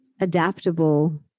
adaptable